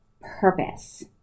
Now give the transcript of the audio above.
purpose